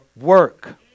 work